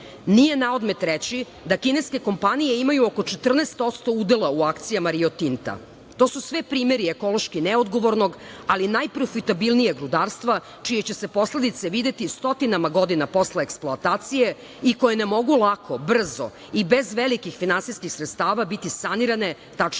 Nije naodmet reći da kineske kompanije imaju oko 14% udela u akcijama „Rio Tinta“. To su sve primeri ekološki neodgovornog, ali najprofitabilnijeg rudarstva, čije će se posledice videti stotinama godina posle eksploatacije i koje ne mogu lako, brzo i bez velikih finansijskih sredstava biti sanirane,